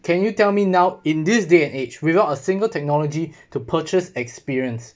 can you tell me now in this day and age without a single technology to purchase experience